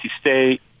State